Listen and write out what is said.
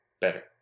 better